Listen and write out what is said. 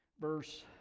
verse